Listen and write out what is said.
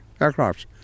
aircrafts